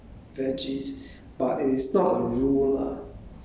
so I think they also accept that they also eat